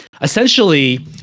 essentially